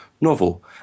novel